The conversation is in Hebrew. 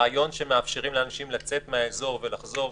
הרעיון שמאפשרים לאנשים לצאת מהאזור ולחזור,